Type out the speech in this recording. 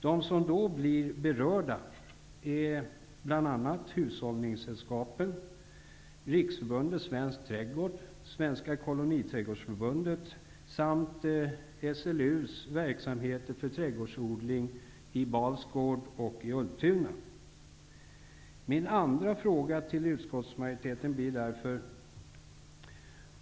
De som då blir berörda är bl.a. Hushållningssällskapet, Riksförbundet Jag vill ställa ytterligare en fråga till utskottsmajoritetens företrädare.